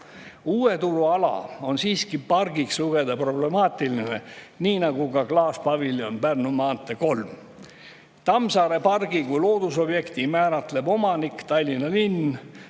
Uue turu ala on siiski pargiks lugeda problemaatiline, nii nagu ka klaaspaviljoni Pärnu maantee 3. Tammsaare pargi kui loodusobjekti määratleb omanik Tallinna linn.